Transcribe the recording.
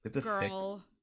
girl